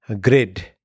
grid